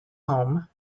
home